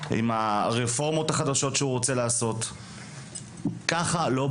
עם רפורמות חדשות שהוא רוצה לעשות.